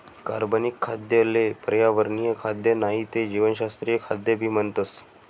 कार्बनिक खाद्य ले पर्यावरणीय खाद्य नाही ते जीवशास्त्रीय खाद्य भी म्हणतस